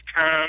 time